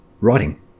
Writing